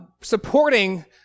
supporting